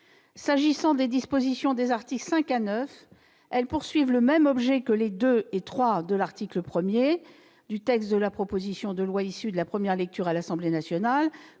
Quant aux dispositions des alinéas 5 à 9, elles ont le même but que les II et III de l'article 1 du texte de la proposition de loi issu de la première lecture à l'Assemblée nationale,